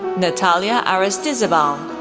natalia aristizabal,